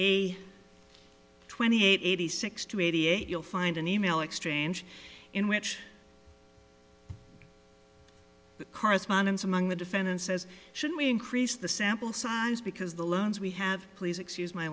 a twenty eight eighty six to eighty eight you'll find an e mail exchange in which the correspondence among the defendants says should we increase the sample size because the loans we have please excuse my